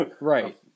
Right